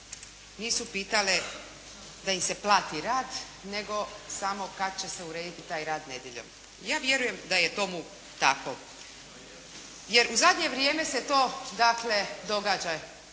nisu pitale da im se plati rad nego samo kad će se urediti taj rad nedjeljom. Ja vjerujem da je tomu tako, jer u zadnje vrijeme se to dakle